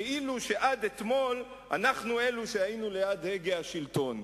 כאילו עד אתמול אנחנו אלו שהיינו ליד הגה השלטון.